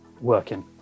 working